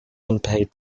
unpaid